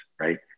right